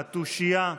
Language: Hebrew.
התושייה,